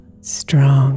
strong